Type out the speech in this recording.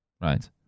right